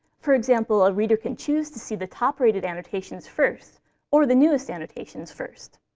for example, a reader can choose to see the top-rated annotations first or the newest annotations first.